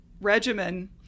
regimen